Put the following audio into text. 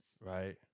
right